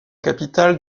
capitale